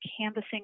canvassing